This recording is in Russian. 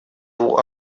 его